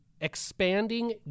expanding